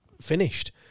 Finished